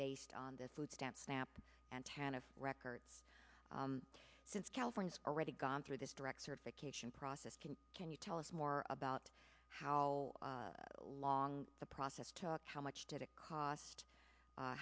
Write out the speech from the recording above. based on the food stamps snap and can a record since california's already gone through this direct certification process can can you tell us more about how long the process how much did it cost